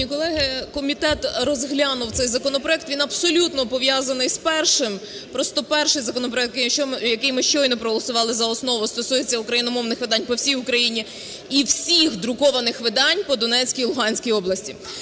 колеги, комітет розглянув цей законопроект. Він абсолютно пов'язаний з першим. Просто перший законопроект, який ми щойно проголосували за основу, стосується україномовних видань по всій Україні і всіх друкованих видань по Донецькій, Луганській областях.